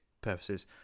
purposes